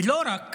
ולא רק